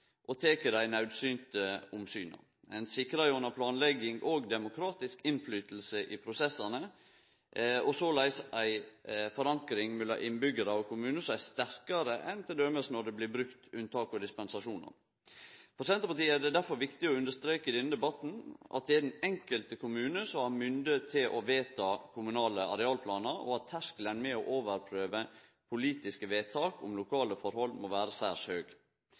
ein tek dei naudsynte omsyna. Ein sikrar gjennom planlegging òg demokratisk innflytelse i prosessane – og såleis ei forankring mellom innbyggjarar og kommune som er sterkare enn når det t.d. blir brukt unntak og dispensasjonar. For Senterpartiet er det derfor viktig i denne debatten å understreke at det er den enkelte kommunen som har mynde til å vedta kommunale arealplanar, og at terskelen for å overprøve politiske vedtak om lokale forhold må vere særs høg.